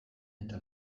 eta